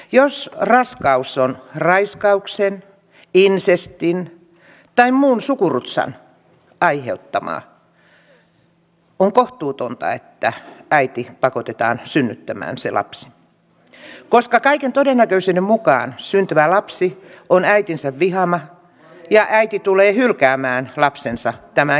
jos raskaus on raiskauksen insestin tai muun sukurutsan aiheuttama on kohtuutonta että äiti pakotetaan synnyttämään se lapsi koska kaiken todennäköisyyden mukaan syntyvä lapsi on äitinsä vihaama ja äiti tulee hylkäämään lapsensa tämän jälkeen